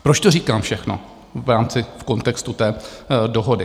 Proč to říkám všechno v rámci kontextu té dohody?